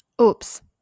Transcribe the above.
Oops